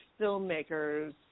filmmakers